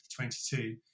2022